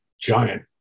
giant